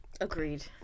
Agreed